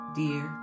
dear